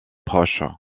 proches